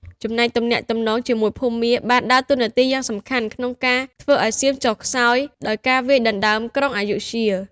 ចំណែកទំនាក់ទំនងជាមួយភូមា បានដើរតួនាទីយ៉ាងសំខាន់ក្នុងការធ្វើឱ្យសៀមចុះខ្សោយ ដោយការវាយដណ្ដើមក្រុងអយុធ្យា។